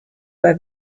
bei